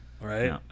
Right